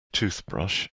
toothbrush